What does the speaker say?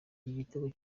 igitego